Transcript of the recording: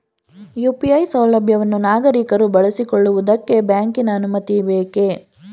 UPI ಸೌಲಭ್ಯವನ್ನು ನಾಗರಿಕರು ಬಳಸಿಕೊಳ್ಳುವುದಕ್ಕೆ ಬ್ಯಾಂಕಿನ ಅನುಮತಿ ಬೇಕೇ?